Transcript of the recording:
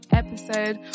episode